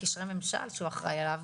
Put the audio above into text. הקשרי ממשל שהוא אחראי עליו,